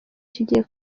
kigiye